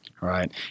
Right